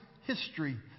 history